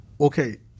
okay